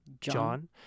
John